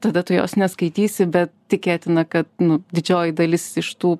tada tu jos neskaitysi bet tikėtina kad didžioji dalis iš tų